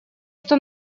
что